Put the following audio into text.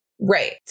Right